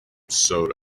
sewed